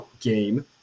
game